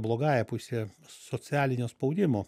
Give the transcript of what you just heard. blogąja puse socialinio spaudimo